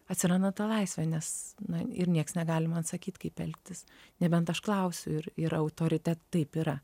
atsiranda ta laisvė nes na ir nieks negali man sakyt kaip elgtis nebent aš klausiu ir yra autoritetai taip yra